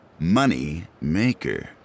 Moneymaker